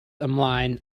ymlaen